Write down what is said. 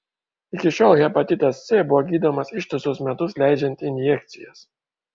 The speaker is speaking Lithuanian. iki šiol hepatitas c buvo gydomas ištisus metus leidžiant injekcijas